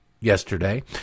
yesterday